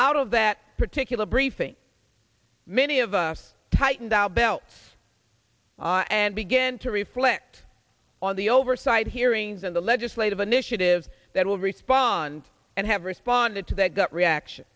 out of that particular briefing many of us tightened our belts and began to reflect on the oversight hearings and the legislative initiatives that will respond and have responded to that gut reaction